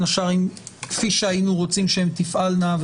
השרעיים כפי שהיינו רוצים שהן תפעלנה,